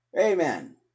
Amen